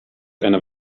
eine